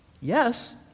Yes